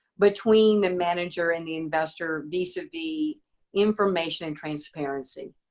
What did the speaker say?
between the manager and the investor vis-a-vis information and transparency,